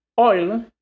Oil